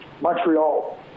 Montreal